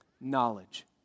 knowledge